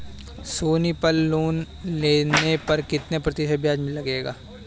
सोनी पल लोन लेने पर कितने प्रतिशत ब्याज लगेगा?